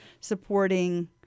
supporting